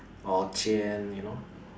orh-jian you know